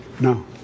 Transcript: No